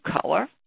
color